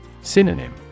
Synonym